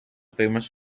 famous